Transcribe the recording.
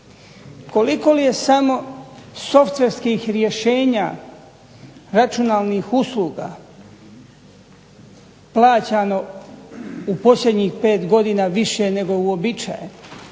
Koliko je samo softverskih rješenja, računalnih usluga plaćano u posljednjih 5 godina više nego uobičajeno,